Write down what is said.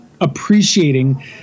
appreciating